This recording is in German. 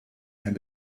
einen